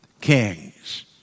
kings